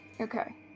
Okay